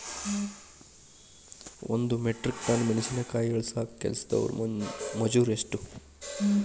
ಒಂದ್ metric ton ಮೆಣಸಿನಕಾಯಿ ಇಳಸಾಕ್ ಕೆಲಸ್ದವರ ಮಜೂರಿ ಎಷ್ಟ?